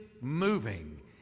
moving